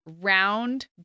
round